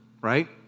right